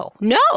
no